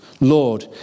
Lord